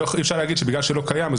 אי אפשר להגיד שבגלל שזה לא קיים אז